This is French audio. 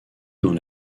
dans